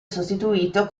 sostituito